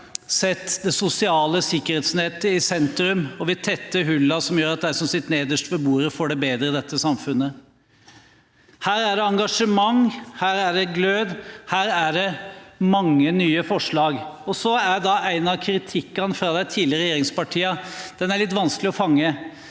setter det sosiale sikkerhetsnettet i sentrum, og vi tetter hullene slik at de som sitter nederst ved bordet, får det bedre i dette samfunnet. Her er det engasjement, her er det glød, og her er det mange nye forslag. Noe av kritikken fra de tidligere regjeringspartiene er litt vanskelig å fange,